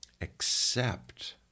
accept